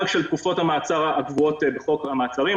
של תקופות המעצר הקבועות בחוק המעצרים.